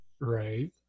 Right